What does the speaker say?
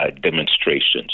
demonstrations